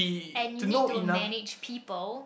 and you need to manage people